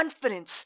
confidence